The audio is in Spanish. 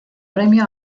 premio